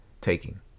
taking